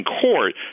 court